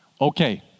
okay